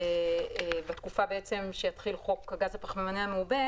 ובתקופה שיתחיל חוק הגז הפחמימני המעובה